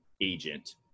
agent